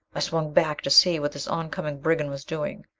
i swung back to see what this oncoming brigand was doing.